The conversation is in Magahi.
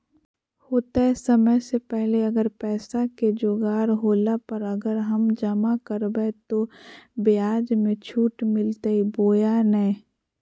होतय समय से पहले अगर पैसा के जोगाड़ होला पर, अगर हम जमा करबय तो, ब्याज मे छुट मिलते बोया नय?